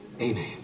amen